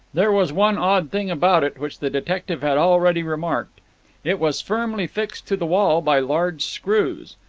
there was one odd thing about it, which the detective had already remarked it was firmly fixed to the wall by large screws,